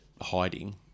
hiding